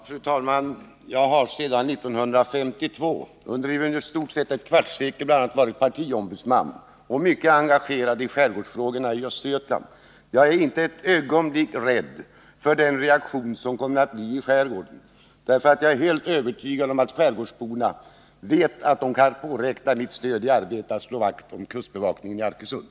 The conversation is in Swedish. Fru talman! Jag har sedan 1952, under i stort sett ett kvarts sekel, bl.a. varit partiombudsman, och jag har varit mycket engagerad i skärgårdsfrågor i Östergötland. Jag är inte ett ögonblick rädd för den reaktion som kommer att uppstå i skärgården. Jag är helt övertygad om att skärgårdsborna vet att de kan påräkna mitt stöd i arbetet att slå vakt om kustbevakningen i Arkösund.